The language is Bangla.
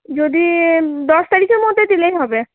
যদি দশ তারিখের মধ্যে দিলেই হবে